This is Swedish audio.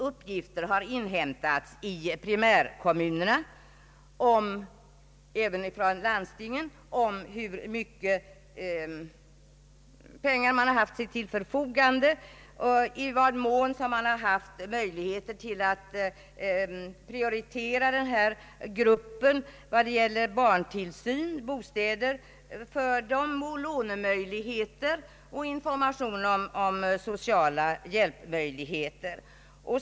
Uppgifter har också inhämtats i primärkommunerna om hur mycket pengar som ställts till förfogande och i vad mån det finns möjligheter att prioritera denna grupp vad beträffar barntillsyn, bostäder, lånemöjligheter och information om sociala hjälpmöjligheter.